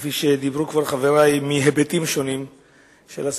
כפי שדיברו חברי מהיבטים שונים שלה,